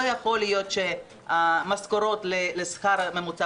לא יכול להיות שהמשכורות מוצמדות לשכר הממוצע